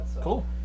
Cool